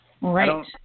Right